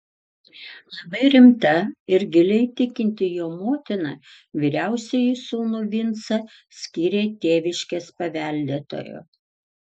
labai rimta ir giliai tikinti jo motina vyriausiąjį sūnų vincą skyrė tėviškės paveldėtoju